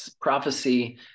prophecy